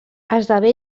esdevé